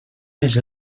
més